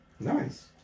Nice